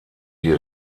die